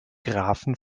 grafen